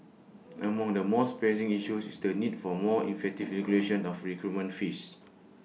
among the most pressing issues is the need for more effective regulation of recruitment fees